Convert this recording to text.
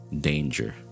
danger